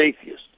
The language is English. atheist